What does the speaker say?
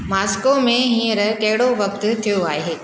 Moscow में हींअर कहिड़ो वक़्तु थियो आहे